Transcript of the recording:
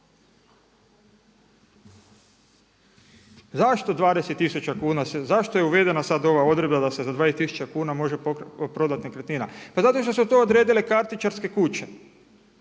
Zašto 20 tisuća, zašto je uvedena sad ova odredba da se za 20 tisuća kuna može prodati nekretnina? Pa zato što su to odredile kartičarske kuće